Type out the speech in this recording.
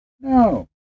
No